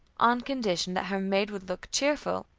on condition that her maid would look cheerful,